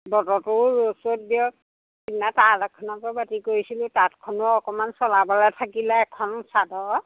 বতৰটোও ৰ'দ চ'দ দিয়ক সিদিনা তাল এখনকৈ বাতি কৰিছিলোঁ তাঁতখনো অকমান চলাবলৈ থাকিলে এখন চাদৰ